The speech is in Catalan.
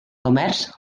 comerç